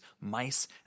mice